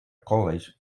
college